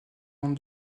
monde